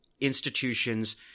institutions